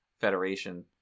Federation